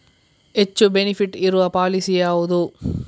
ಹೆಚ್ಚು ಬೆನಿಫಿಟ್ ಇರುವ ಪಾಲಿಸಿ ಯಾವುದು?